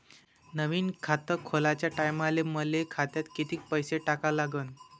नवीन खात खोलाच्या टायमाले मले खात्यात कितीक पैसे टाका लागन?